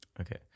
Okay